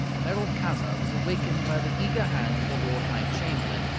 merolchazzar was awakened by the eager hand of the lord high chamberlain,